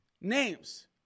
Names